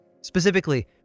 Specifically